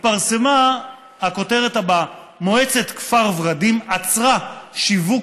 התפרסמה הכותרת הבאה: מועצת כפר ורדים עצרה שיווק